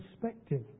perspective